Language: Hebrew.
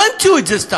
לא המציאו את זה סתם.